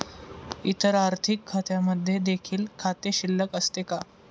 इतर आर्थिक खात्यांमध्ये देखील खाते शिल्लक असते का?